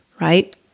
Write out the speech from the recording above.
right